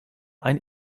ein